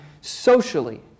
socially